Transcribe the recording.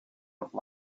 light